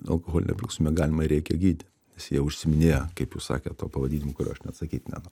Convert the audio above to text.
alkoholinę priklausomybę galima ir reikia gydyt nes jie užsiiminėja kaip jūs sakėt tuo pavadinimu kuriuo aš net sakyt neno